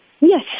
Yes